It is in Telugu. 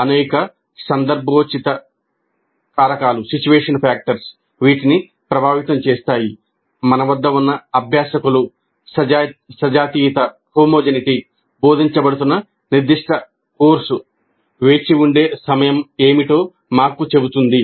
అనేక సందర్భోచిత కారకాలు బోధించబడుతున్న నిర్దిష్ట కోర్సు వేచి ఉండే సమయం ఏమిటో మాకు చెబుతుంది